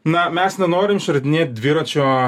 na mes nenorim išradinėt dviračio